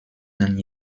than